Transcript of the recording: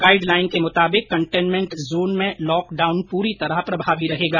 guide line के मुताबिक containment zone में लॉक डाउन पूरी तरह प्रभावी रहेगा